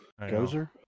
Gozer